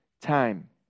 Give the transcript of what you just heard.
time